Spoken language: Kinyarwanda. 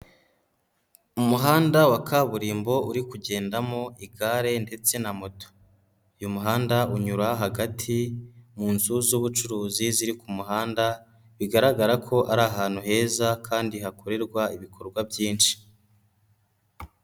Umuhanda wa kaburimbo uri kugendamo igare ndetse na moto, uyu muhanda unyura hagati, mu nzu z'ubucuruzi ziri ku muhanda, bigaragara ko ari ahantu heza kandi hakorerwa ibikorwa byinshi.